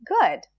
Good